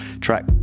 track